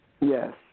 Yes